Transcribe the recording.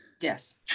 Yes